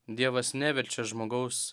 dievas neverčia žmogaus